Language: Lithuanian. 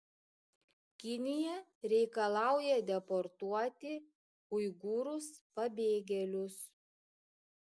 kinija reikalauja deportuoti uigūrus pabėgėlius